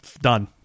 done